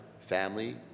family